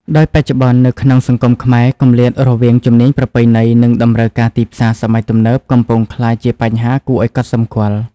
ដោយបច្ចុប្បន្ន នៅក្នុងសង្គមខ្មែរ គម្លាតរវាងជំនាញប្រពៃណី និងតម្រូវការទីផ្សារសម័យទំនើបកំពុងក្លាយជាបញ្ហាគួរឱ្យកត់សម្គាល់។